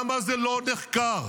לא מצאתי מישהו שיגיד: טוב מותי מחיי.